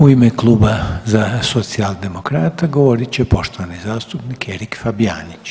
U ime kluba za socijaldemokrata, govorit će poštovani zastupnik Erik Fabijanić.